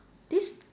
this